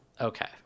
Okay